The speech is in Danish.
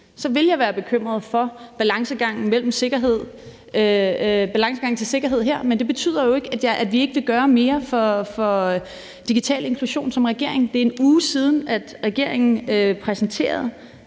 ville jeg være bekymret for balancegangen i forhold til sikkerhed her. Men det betyder jo ikke, at vi ikke vil gøre mere for digital inklusion som regering. Det er en uge siden, at regeringen bl.a. præsenterede